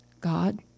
God